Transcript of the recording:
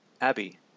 Abby